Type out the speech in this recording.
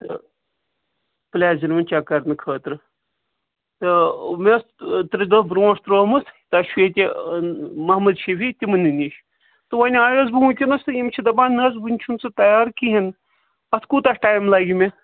تہٕ پُلیزر وُنہِ چیٚک کَرنہٕ خٲطرٕ تہٕ مےٚ ٲس ترٛےٚ دۄہ برٛونٛٹھ ترٛوومُت تۄہہِ چھُو ییٚتہِ محمد شیفی تِمنٕے نِش تہٕ وۅنۍ آیوس بہٕ وُنکٮ۪نَس تہٕ یِم چھِ دَپان نہَ حظ وُنہِ چھُنہٕ سُہ تَیار کِہیٖنٛۍ اَتھ کوٗتاہ ٹایم لَگہِ مےٚ